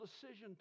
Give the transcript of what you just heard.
decision